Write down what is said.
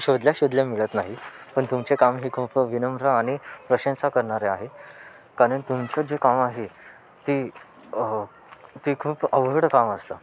शोधल्या शोधल्या मिळत नाही पण तुमचे काम हे खूप विनम्र आणि प्रशंसा करणारे आहे कारण तुमचं जे काम आहे ते ते खूप अवघड काम असतं